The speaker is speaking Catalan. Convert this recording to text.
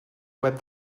web